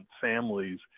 families